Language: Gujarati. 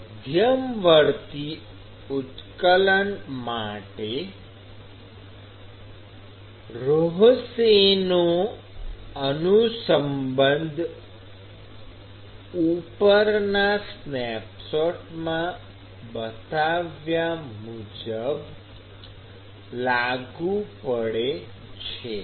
મધ્યવર્તી ઉત્કલન માટે રોહસેનો અનુસંબંધ ઉપરના સ્નેપશોટમાં બતાવ્યા મુજબ લાગુ પડે છે